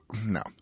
No